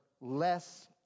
less